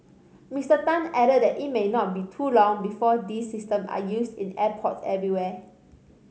Mister Tan added that it may not be too long before these systems are used in airports everywhere